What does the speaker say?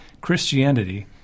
Christianity